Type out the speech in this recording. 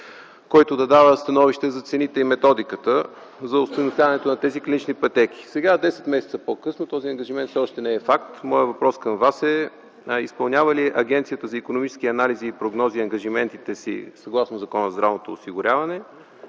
който да дава становище за цените и методиката за остойностяването на тези клинични пътеки. Сега, 10 месеца по-късно, този ангажимент все още не е факт. Моят въпрос към Вас е: изпълнява ли Агенцията за икономически анализи и прогнози ангажиментите си съгласно Закона за здравното осигуряване?